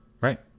Right